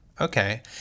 okay